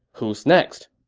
who's next?